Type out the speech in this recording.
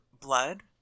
blood